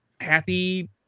happy